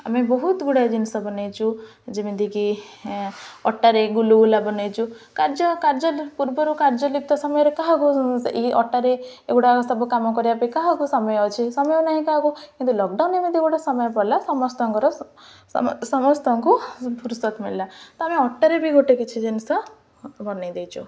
ଆମେ ବହୁତ ଗୁଡ଼ାଏ ଜିନିଷ ବନାଇଛୁ ଯେମିତିକି ଅଟାରେ ଗୁଲୁଗୁଲା ବନାଇଛୁ କାର୍ଯ୍ୟ କାର୍ଯ୍ୟ ପୂର୍ବରୁ କାର୍ଯ୍ୟଲିିପ୍ତ ସମୟରେ କାହାକୁ ଇ ଅଟାରେ ଏଗୁଡ଼ାକ ସବୁ କାମ କରିବା ପାଇଁ କାହାକୁ ସମୟ ଅଛି ସମୟ ନାହିଁ କାହାକୁ କିନ୍ତୁ ଲକଡାଉନ ଏମିତି ଗୋଟେ ସମୟ ପଡ଼ିଲା ସମସ୍ତଙ୍କର ସମସ୍ତଙ୍କୁ ଫୁୁରସତ ମିଳିଲା ତ ଆମେ ଅଟୋରେ ବି ଗୋଟେ କିଛି ଜିନିଷ ବନାଇ ଦେଇଛୁ